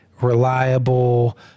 reliable